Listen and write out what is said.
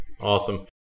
Awesome